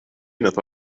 thought